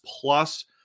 plus